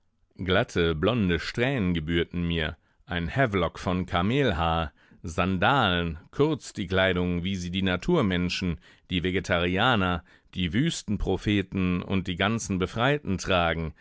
glatte blonde strähnen gebührten mir ein havelock von kamelhaar sandalen kurz die kleidung wie sie die naturmenschen die vegetarianer die wüstenpropheten und die ganz befreiten tragen